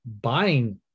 buying